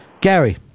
Gary